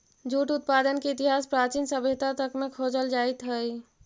jute उत्पादन के इतिहास प्राचीन सभ्यता तक में खोजल जाइत हई